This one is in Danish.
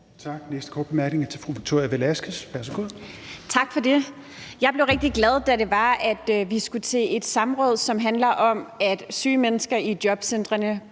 Tak. Den næste korte bemærkning er til fru Victoria Velasquez. Værsgo. Kl. 17:15 Victoria Velasquez (EL) : Tak for det. Jeg blev rigtig glad, da det var, at vi skulle til et samråd, som handlede om, at syge mennesker i jobcentrene